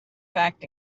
fact